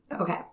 okay